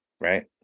Right